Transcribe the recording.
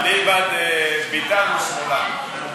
אליבא דביטן הוא שמאלן.